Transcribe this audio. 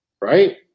Right